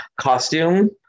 costume